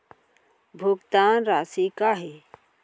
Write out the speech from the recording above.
भुगतान राशि का हे?